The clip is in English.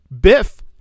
Biff